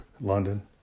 London